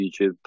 YouTube